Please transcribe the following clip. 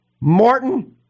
Martin